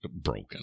broken